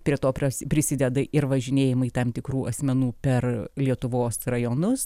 prie to pras prisideda ir važinėjimai tam tikrų asmenų per lietuvos rajonus